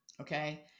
Okay